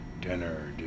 Dinner